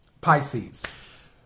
Pisces